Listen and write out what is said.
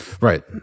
Right